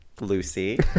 Lucy